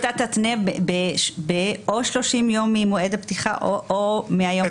תתנה או ב-30 יום ממועד הפתיחה או מהיום של ההמצאה?